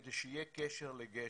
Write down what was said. כדי שיהיה קשר לגשר,